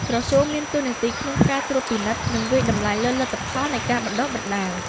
ក្រសួងមានតួនាទីក្នុងការត្រួតពិនិត្យ និងវាយតម្លៃលើលទ្ធផលនៃការបណ្ដុះបណ្ដាល។